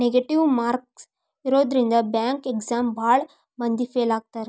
negative marks ಇರೋದ್ರಿಂದ bank exam ಭಾಳ್ ಮಂದಿ ಫೇಲ್ ಆಗ್ತಾರಾ